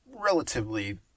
relatively